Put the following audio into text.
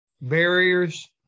barriers